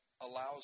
allows